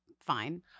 fine